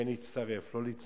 אם כן להצטרף או לא להצטרף.